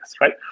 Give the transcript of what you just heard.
right